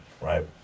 right